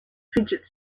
fidget